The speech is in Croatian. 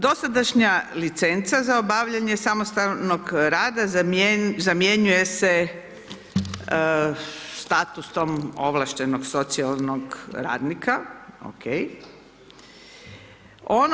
Dosadašnja licenca za obavljanje samostalnog rada zamjenjuje se statusom ovlaštenog socijalnog radnika, okej.